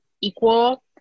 equal